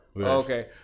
Okay